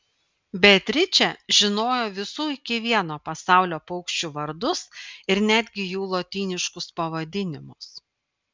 beatričė žinojo visų iki vieno pasaulio paukščių vardus ir netgi jų lotyniškus pavadinimus